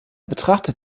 betrachtet